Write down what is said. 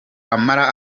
amara